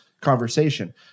conversation